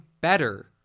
better